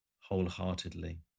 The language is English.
wholeheartedly